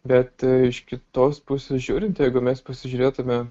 bet iš kitos pusės žiūrint jeigu mes pasižiūrėtumėm